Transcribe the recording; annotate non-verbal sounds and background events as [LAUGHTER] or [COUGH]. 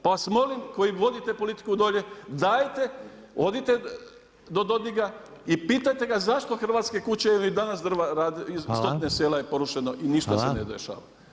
Pa vas molim koji vodite politiku dolje, dajte, odite do Dodiga i pitajte ga zašto hrvatske kuće je li i danas … [UNINTELLIGIBLE] stotine sela je porušeno i ništa se ne dešava.